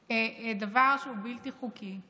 שאומר דבר שהוא בלתי חוקי,